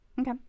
Okay